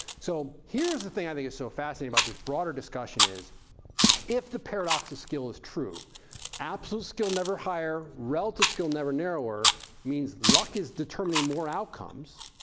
so here's the thing i think is so fascinating about this broader discussion is if the paradox of skill is true absolute skill never higher, relative skill never narrower means luck is determining more outcomes.